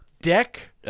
deck